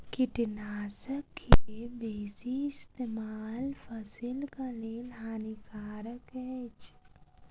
कीटनाशक के बेसी इस्तेमाल फसिलक लेल हानिकारक अछि